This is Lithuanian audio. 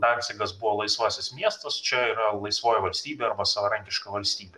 dancigas buvo laisvasis miestas čia yra laisvoji valstybė savarankiška valstybė